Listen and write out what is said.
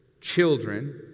children